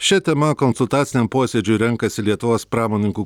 šia tema konsultaciniam posėdžiui renkasi lietuvos pramoninkų